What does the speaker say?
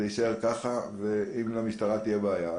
זה יישאר ככה ואם למשטרה תהיה בעיה,